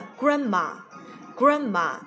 grandma,grandma 。